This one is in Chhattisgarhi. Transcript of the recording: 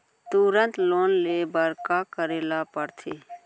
तुरंत लोन ले बर का करे ला पढ़थे?